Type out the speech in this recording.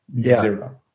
Zero